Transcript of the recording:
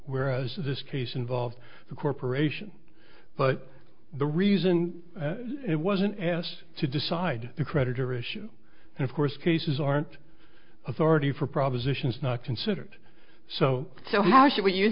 whereas this case involved the corporation but the reason it wasn't asked to decide the creditor issue and of course cases aren't authority for propositions not considered so so how should we use